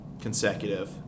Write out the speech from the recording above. consecutive